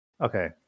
Okay